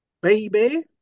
baby